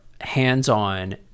hands-on